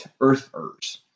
earthers